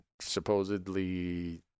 supposedly